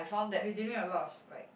they redeeming a lot of like